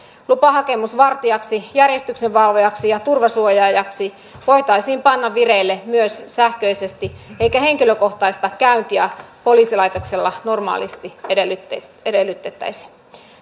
lupahakemus vartijaksi järjestyksenvalvojaksi ja turvasuojaajaksi voitaisiin panna vireille myös sähköisesti eikä henkilökohtaista käyntiä poliisilaitoksella normaalisti edellytettäisi edellytettäisi